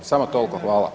Samo toliko, hvala.